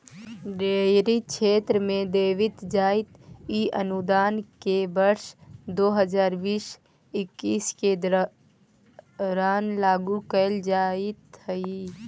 dairy क्षेत्र में देवित जाइत इ अनुदान के वर्ष दो हज़ार बीस इक्कीस के दौरान लागू कैल जाइत हइ